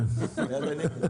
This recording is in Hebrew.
מי בעד הסעיף?